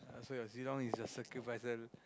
so your Zilong is your sacrificer